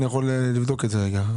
אני יכול לבדוק את זה רגע.